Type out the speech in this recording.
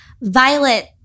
violet